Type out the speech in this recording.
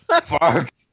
Fuck